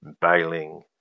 bailing